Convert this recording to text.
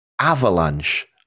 avalanche